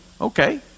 okay